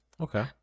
okay